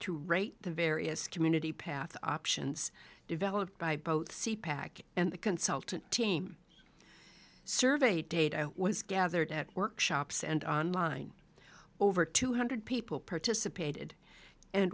to rate the various community path options developed by both c pac and the consultant team survey data was gathered at workshops and on line over two hundred people participated and